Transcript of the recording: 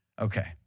Okay